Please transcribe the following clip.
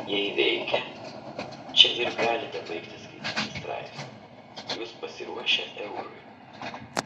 jei veikia čia ir galite baigti skaityti straipsnį jūs pasiruošę eurui